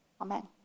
Amen